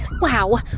Wow